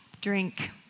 drink